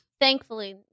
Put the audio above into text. thankfully